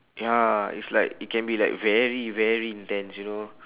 ya it's like it can be like very very intense you know